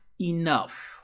enough